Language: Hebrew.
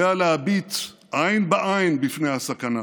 עליה להביט עין בעין בפני הסכנה,